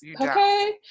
okay